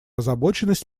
озабоченность